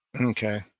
Okay